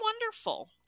wonderful